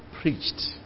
preached